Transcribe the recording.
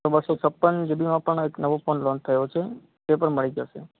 તો બસો છપ્પન જીબીમાં પણ આ એક નવો ફોન લોન્ચ થયો છે તે પણ મળી જશે